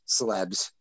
celebs